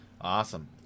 awesome